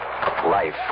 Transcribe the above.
Life